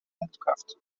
handcuffed